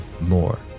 more